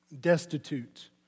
destitute